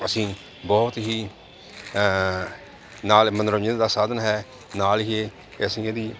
ਅਸੀਂ ਬਹੁਤ ਹੀ ਨਾਲ ਮੰਨੋਰੰਜਨ ਦਾ ਸਾਧਨ ਹੈ ਨਾਲ ਹੀ ਅਸੀਂ ਇਹਦੀ